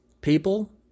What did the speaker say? people